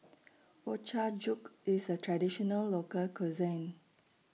Ochazuke IS A Traditional Local Cuisine